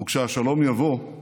וכשהשלום יבוא,